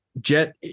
Jet